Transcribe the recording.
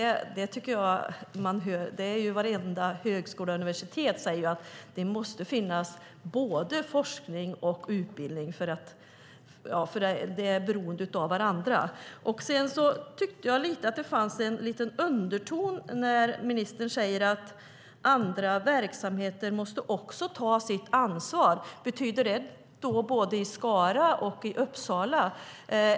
Varenda högskola och universitet säger att det måste finnas både forskning och utbildning eftersom de är beroende av varandra. Jag tyckte att det fanns en underton när ministern sade att andra verksamheter också måste ta sitt ansvar. Betyder det både i Skara och Uppsala?